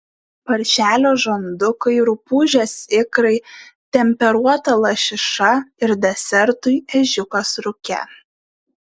paršelio žandukai rupūžės ikrai temperuota lašiša ir desertui ežiukas rūke